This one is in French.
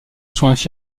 soins